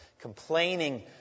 complaining